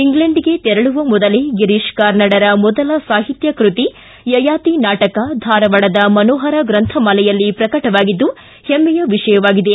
ಇಂಗ್ಲೆಂಡಿಗೆ ತೆರಳುವ ಮೊದಲೆ ಗಿರೀಶ ಕಾರ್ನಾಡರ ಮೊದಲ ಸಾಹಿತ್ಯ ಕೃತಿ ಯಯಾತಿ ನಾಟಕ ಧಾರವಾಡದ ಮನೋಹರ ಗ್ರಂಥಮಾಲೆಯಲ್ಲಿ ಪ್ರಕಟವಾಗಿದ್ದು ಹೆಮ್ಮೆಯ ವಿಷಯವಾಗಿದೆ